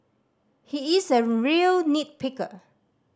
he is a real nit picker